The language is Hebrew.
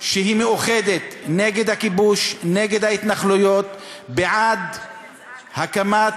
שהיא מאוחדת נגד הכיבוש ונגד ההתנחלויות ובעד הקמת